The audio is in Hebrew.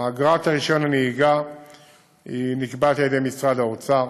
אגרת רישיון הנהיגה נקבעת על ידי משרד האוצר,